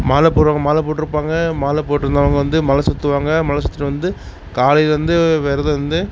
மாலை போடறவங்க மாலை போட்டிருப்பாங்க மாலை போட்டிருந்தவுங்க வந்து மலை சுற்றுவாங்க மலை சுற்றிட்டு வந்து காலைலேருந்து விரதம் இருந்து